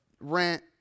rent